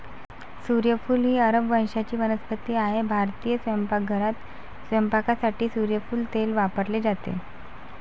सूर्यफूल ही अरब वंशाची वनस्पती आहे भारतीय स्वयंपाकघरात स्वयंपाकासाठी सूर्यफूल तेल वापरले जाते